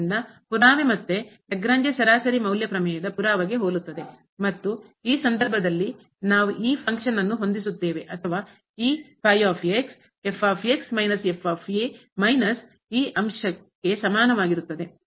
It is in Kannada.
ಆದ್ದರಿಂದ ಪುರಾವೆ ಮತ್ತೆ ಲಾಗ್ರೇಂಜ್ ಸರಾಸರಿ ಮೌಲ್ಯ ಪ್ರಮೇಯದ ಪುರಾವೆಗೆ ಹೋಲುತ್ತದೆ ಮತ್ತು ಈ ಸಂದರ್ಭದಲ್ಲಿ ನಾವು ಈ ಫಂಕ್ಷನ್ ಅನ್ನು ಕಾರ್ಯವನ್ನು ಹೊಂದಿಸುತ್ತೇವೆ ಅಥವಾ ಈ ಮೈನಸ್ ಈ ಅಂಶ ಗೆ ಸಮನಾಗಿರುತ್ತದೆ